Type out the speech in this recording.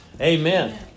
Amen